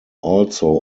also